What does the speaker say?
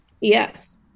Yes